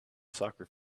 soccer